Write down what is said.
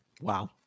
Wow